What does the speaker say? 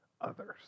others